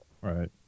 right